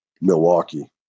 Milwaukee